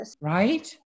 Right